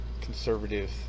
conservative